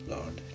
Lord